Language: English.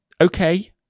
okay